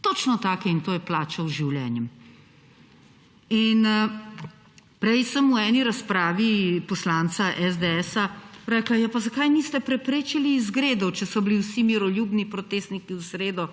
točno take in to je plačal z življenjem! Prej sem v eni razpravi poslanca SDS rekla, ja, pa zakaj niste preprečili izgredov, če so bili vsi miroljubni protestniki v sredo